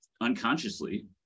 unconsciously